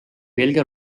veelgi